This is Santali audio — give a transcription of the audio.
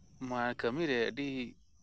ᱱᱚᱣᱟ ᱠᱟᱹᱢᱤᱨᱮ ᱟᱹᱰᱤ